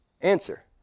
Answer